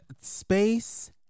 Space